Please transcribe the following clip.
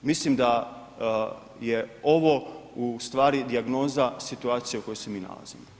Mislim da je ovo ustvari dijagnoza situacije u kojoj se mi nalazimo.